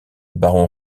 baron